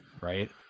right